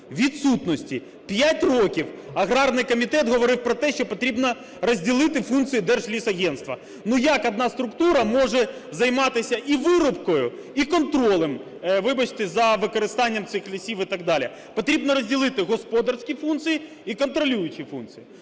відсутності. 5 років аграрний комітет говорив про те, що потрібно розділити функцію Держлісагентства. Ну, як одна структура може займатися і вирубкою, і контролем, вибачте, за використанням цих лісів і так далі? Потрібно розділити господарські функції і контролюючі функції.